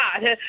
God